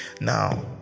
now